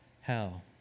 hell